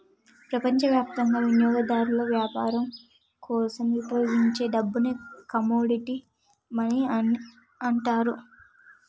ప్రపంచవ్యాప్తంగా వినియోగదారులు వ్యాపారం కోసం ఉపయోగించే డబ్బుని కమోడిటీ మనీ అంటారు